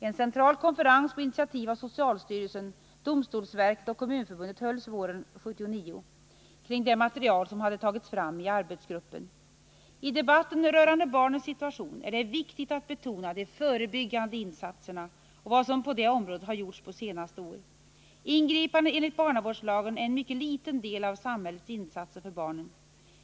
En central konferens på initiativ av socialstyrelsen, domstolsverket och Kommunförbundet hölls våren 1979 kring det material som hade tagits fram i arbetsgruppen. I debatten rörande barnens situation är det viktigt att betona de förebyggande insatserna och vad som på det området har gjorts på senaste år. Ingripanden enligt barnavårdslagen är en mycket liten del av samhällets insatser för barnen.